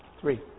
Three